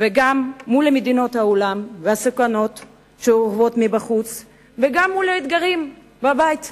גם מול מדינות העולם והסכנות שאורבות מבחוץ וגם מול האתגרים בבית פנימה.